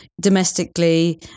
domestically